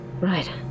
Right